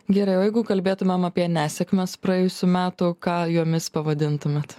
gerai o jeigu kalbėtumėm apie nesėkmes praėjusių metų ką jomis pavadintumėt